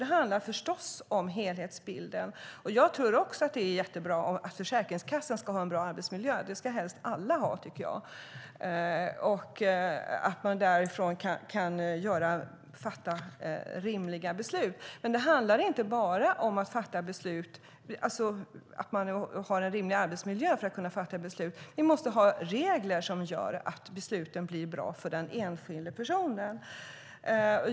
Det handlar om att ta tag i helhetsbilden. Också jag tycker att det är viktigt att Försäkringskassan har en bra arbetsmiljö - det ska helst alla ha - så att de kan fatta rimliga beslut. Men det handlar inte bara om att ha en rimlig arbetsmiljö för att kunna fatta beslut. Vi måste dessutom ha regler som gör att besluten blir bra för den enskilda individen.